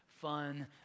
fun